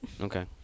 Okay